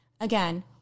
Again